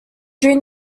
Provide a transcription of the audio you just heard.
during